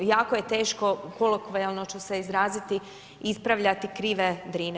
Jako je teško, kolokvijalno ću se izraziti, ispravljati krive Drine.